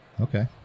okay